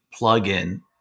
plugin